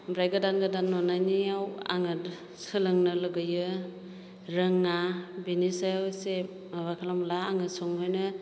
ओमफ्राय गोदान गोदान नुनायनियाव आङो सोलोंनो लुबैयो रोङा बेनि सायाव एसे माबा खालामला आङो संहोनो